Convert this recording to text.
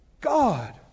God